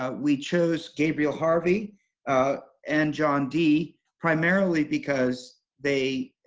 ah we chose gabriel harvey and john dee primarily because they,